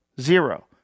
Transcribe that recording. Zero